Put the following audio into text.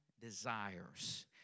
desires